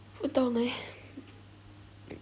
不懂 eh